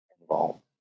involved